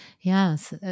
Yes